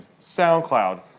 SoundCloud